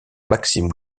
maxime